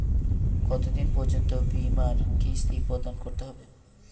কতো দিন পর্যন্ত বিমার কিস্তি প্রদান করতে হবে?